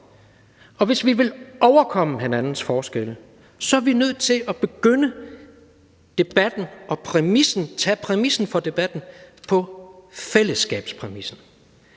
og hvis vi vil overkomme hinandens forskelle, er vi nødt til at begynde at tage debatten på fællesskabspræmissen,